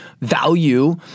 value